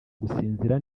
gusinzira